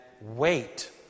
wait